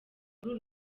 muri